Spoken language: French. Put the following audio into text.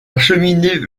cheminée